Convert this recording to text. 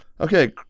Okay